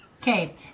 Okay